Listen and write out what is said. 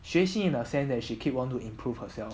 学习 in a sense that she keep on to improve herself